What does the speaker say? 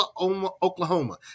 Oklahoma